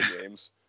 games